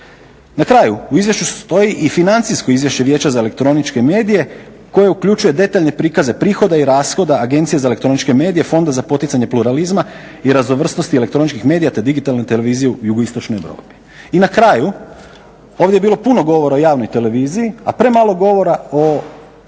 Na kraju u izvješću stoji i financijsko izvješće vijeća za elektroničke medije koji uključuje detaljne prikaze prihoda i rashoda agencije za elektroničke medije, Fonda za poticanje pluralizma i raznovrsnosti elektroničkih medija te digitalne televizije u Jugoistočnoj Europi. I na kraju ovdje je bilo puno govora o javnoj televiziji a premalo govora o